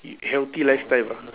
healthy lifestyle ah